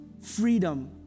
Freedom